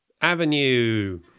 Avenue